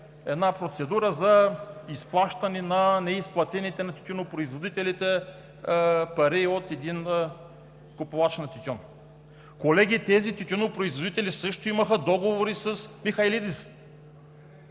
една процедура за изплащане на неизплатените на тютюнопроизводителите пари от един купувач на тютюн. Колеги, тези тютюнопроизводители също имаха договори с Михайлидис.